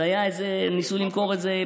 זה היה איזה, ניסו למכור את זה.